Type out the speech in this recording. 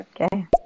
Okay